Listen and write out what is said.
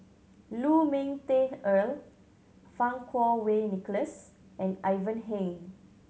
Lu Ming Teh Earl Fang Kuo Wei Nicholas and Ivan Heng